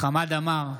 חמד עמאר,